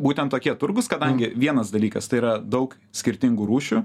būtent tokie turgūs kadangi vienas dalykas tai yra daug skirtingų rūšių